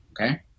okay